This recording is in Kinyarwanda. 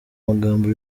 magambo